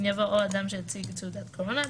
יבוא או אדם שהציג תעודת קורונה,